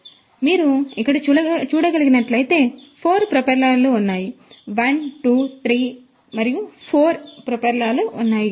కాబట్టి మీరు ఇక్కడ చూడగలిగినట్లుగా 4 ప్రొపెల్లర్లు ఉన్నాయి 1 2 3 మరియు 4 4 ప్రొపెల్లర్లు ఉన్నాయి